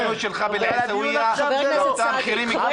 המדיניות שלך בעיסאוויה גבתה מחירים כבדים.